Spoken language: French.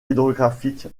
hydrographique